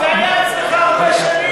זה היה אצלך ארבע שנים.